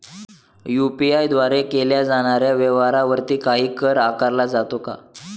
UPI द्वारे केल्या जाणाऱ्या व्यवहारावरती काही कर आकारला जातो का?